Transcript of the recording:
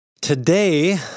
Today